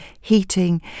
heating